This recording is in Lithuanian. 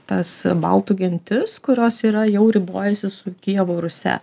tas baltų gentis kurios yra jau ribojasi su kijevo rusia